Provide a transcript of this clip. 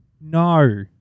No